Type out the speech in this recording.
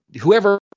whoever